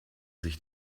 sich